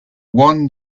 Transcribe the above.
one